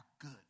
good